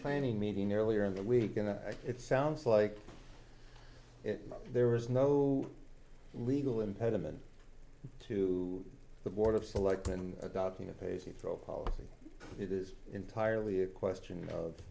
planning meeting earlier in the week and i it sounds like there is no legal impediment to the board of selectmen adopting a paisley throw policy it is entirely a question of